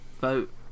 vote